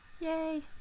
Yay